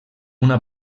una